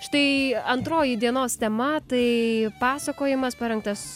štai antroji dienos tema tai pasakojimas parengtas